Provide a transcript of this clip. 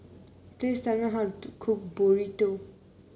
please tell me how to cook Burrito